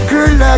Girl